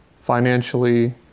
financially